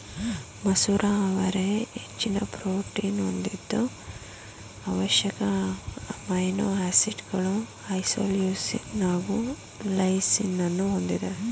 ಮಸೂರ ಅವರೆ ಹೆಚ್ಚಿನ ಪ್ರೋಟೀನ್ ಹೊಂದಿದ್ದು ಅವಶ್ಯಕ ಅಮೈನೋ ಆಸಿಡ್ಗಳು ಐಸೋಲ್ಯೂಸಿನ್ ಹಾಗು ಲೈಸಿನನ್ನೂ ಹೊಂದಿದೆ